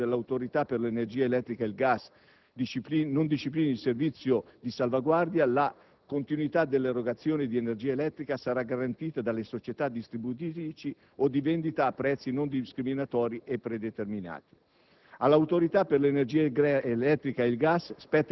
Nell'attesa che il Ministro per lo sviluppo economico, su proposta dell'Autorità per l'energia elettrica e il gas, disciplini il servizio di salvaguardia, la continuità dell'erogazione di energia elettrica sarà garantita dalle società distributrici o di vendita a prezzi non discriminatori e predeterminati.